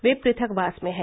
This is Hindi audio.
वे पृथकवास में हैं